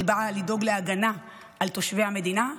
היא באה לדאוג להגנה על תושבי המדינה,